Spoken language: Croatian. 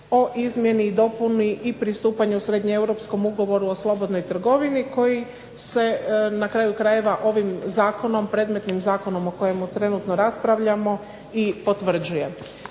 o izmjeni i dopuni i pristupanju Srednjeeuropskom ugovoru o slobodnoj trgovini koji se na kraju krajeva ovim zakonom, predmetnim zakonom o kojem trenutno raspravljamo, i potvrđuje.